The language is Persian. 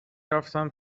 رفتتم